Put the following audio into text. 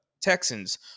Texans